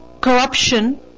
corruption